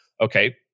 Okay